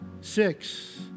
six